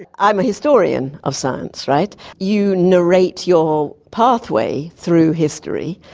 and i am a historian of science, right? you narrate your pathway through history.